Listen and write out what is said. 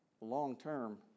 long-term